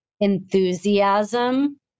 enthusiasm